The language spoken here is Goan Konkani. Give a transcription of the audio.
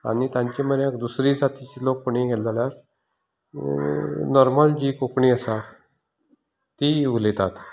आनी तांचे मेरेन दुसरे जातीचे लोक कोणूय गेले जाल्यार नॉर्मल जी कोंकणी आसा तीय उलयतात